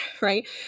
right